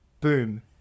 Boom